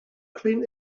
clean